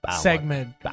segment